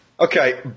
Okay